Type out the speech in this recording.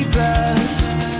best